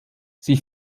sie